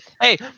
Hey